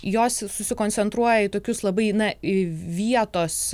jos susikoncentruoja į tokius labai na į vietos